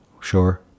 Sure